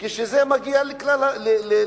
וכשזה מגיע להכרעה,